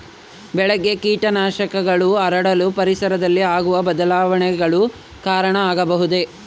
ಬೆಳೆಗೆ ಕೇಟನಾಶಕಗಳು ಹರಡಲು ಪರಿಸರದಲ್ಲಿ ಆಗುವ ಬದಲಾವಣೆಗಳು ಕಾರಣ ಆಗಬಹುದೇ?